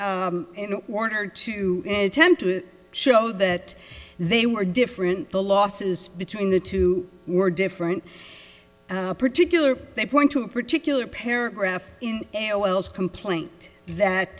warner to attempt to show that they were different the losses between the two were different particular they point to a particular paragraph in a o l s complaint that